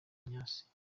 ignace